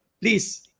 please